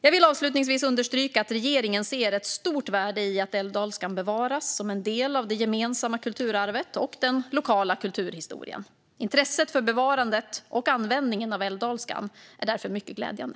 Jag vill avslutningsvis understryka att regeringen ser ett stort värde i att älvdalskan bevaras som en del av det gemensamma kulturarvet och den lokala kulturhistorien. Intresset för bevarandet och användningen av älvdalskan är därför mycket glädjande.